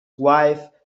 wife